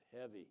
heavy